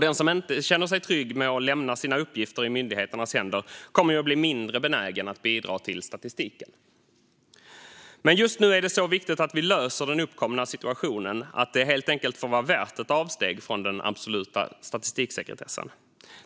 Den som inte känner sig trygg med att lämna sina uppgifter i myndigheternas händer kommer att bli mindre benägen att bidra till statistiken. Men just nu är det så viktigt att vi löser den uppkomna situationen att det helt enkelt får vara värt ett avsteg från den absoluta statistiksekretessen.